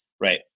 Right